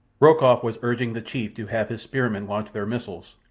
rokoff was urging the chief to have his spearmen launch their missiles,